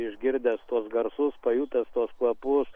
išgirdęs tuos garsus pajutęs tuos kvapus